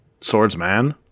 Swordsman